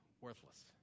Worthless